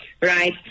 Right